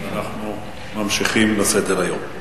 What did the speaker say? אנחנו ממשיכים בסדר-היום.